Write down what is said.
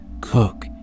Cook